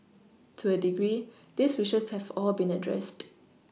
to a degree these wishes have all been addressed